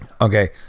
Okay